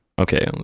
Okay